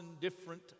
different